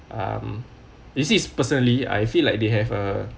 um you see is personally I feel like they have a